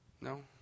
no